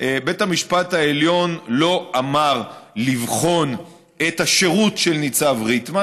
בית המשפט העליון לא אמר לבחון את השירות של ניצב ריטמן,